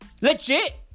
Legit